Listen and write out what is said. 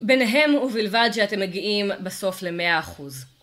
ביניהם ובלבד שאתם מגיעים בסוף ל-100%.